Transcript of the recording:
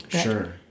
Sure